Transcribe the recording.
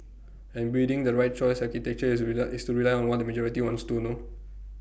and building the right choice architecture is rely is to rely on what the majority wants to no